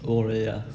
oh really ah